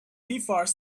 before